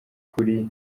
kuri